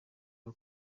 rwo